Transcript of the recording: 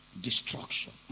destruction